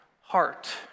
heart